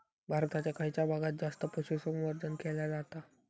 भारताच्या खयच्या भागात जास्त पशुसंवर्धन केला जाता?